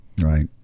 Right